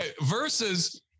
versus